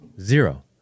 Zero